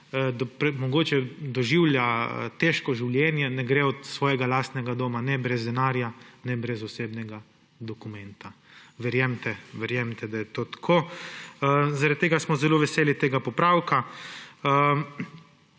mogoče doživlja težko življenje, ne gre od svojega lastnega doma ne brez denarja ne brez osebnega dokumenta. Verjemite, da je to tako. Zaradi tega smo zelo veseli tega popravka.